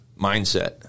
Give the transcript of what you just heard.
Mindset